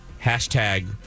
Hashtag